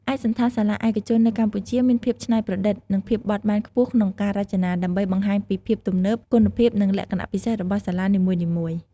ឯកសណ្ឋានសាលាឯកជននៅកម្ពុជាមានភាពច្នៃប្រឌិត និងភាពបត់បែនខ្ពស់ក្នុងការរចនា ដើម្បីបង្ហាញពីភាពទំនើប គុណភាព និងលក្ខណៈពិសេសរបស់សាលានីមួយៗ ។